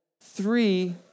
three